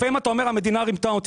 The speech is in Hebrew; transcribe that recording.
לפעמים אתה אומר שהמדינה רימתה אותי,